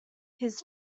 his